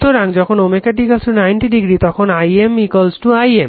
সুতরাং যখন ω t 90° তখন I I m